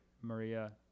Maria